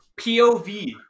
POV